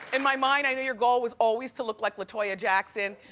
in my mind i know your goal was always to look like la toya jackson,